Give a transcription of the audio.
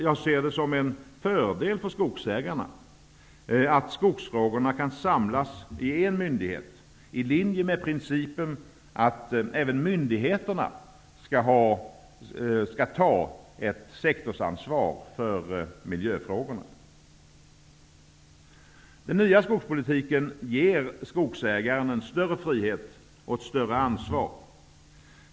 Jag ser det som en fördel för skogsägarna att skogsfrågorna kan samlas hos en myndighet i linje med principen om att även myndigheterna skall ta ett sektorsansvar för miljöfrågorna. Den nya skogspolitiken ger skogsägaren en större frihet och ett större ansvar.